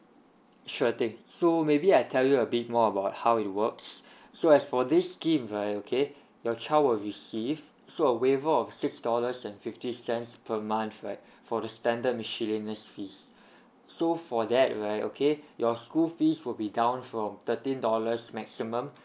should thing so maybe I tell you a bit more about how it works so as for this scheme right okay your child will receive so a waiver of six dollars and fifty cents per month right for the spended maliciousness fees so for that right okay your school fees will be down from thirteen dollars maximum